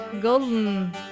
golden